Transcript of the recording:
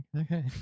okay